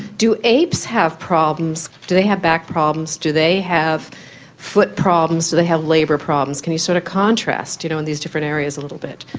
do apes have problems? do they have back problems, do they have foot problems, do they have labour problems? can you sort of contrast you know in these different areas a little bit?